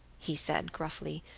he said, gruffly.